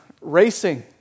racing